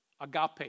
agape